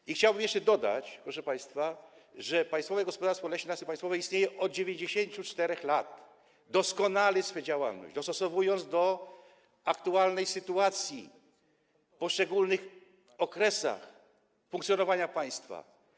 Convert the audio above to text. I chciałbym jeszcze dodać, proszę państwa, że Państwowe Gospodarstwo Leśne Lasy Państwowe istnieje od 94 lat i doskonali swoją działalność, dostosowując się do aktualnej sytuacji w poszczególnych okresach funkcjonowania państwa.